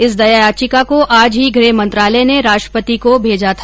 इस दया याचिका को आज ही गृह मंत्रालय ने राष्ट्रपति को भेजा था